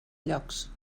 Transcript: llocs